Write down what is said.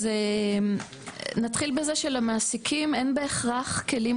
נתחיל בזה שלמעסיקים אין בהכרח כלים